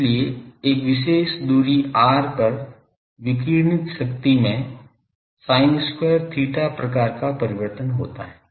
इसलिए एक विशेष दूरी r पर विकिरणित शक्ति में sin square theta प्रकार का परिवर्तन होता है